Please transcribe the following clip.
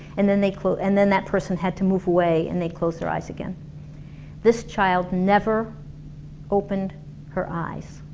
and then they close and then that person had to move away and they'd close their eyes again this child never opened her eyes